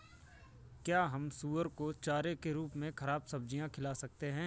क्या हम सुअर को चारे के रूप में ख़राब सब्जियां खिला सकते हैं?